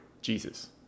Jesus